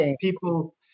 people